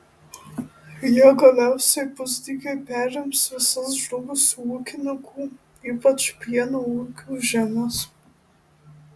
jie galiausiai pusdykiai perims visas žlugusių ūkininkų ypač pieno ūkių žemes